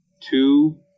two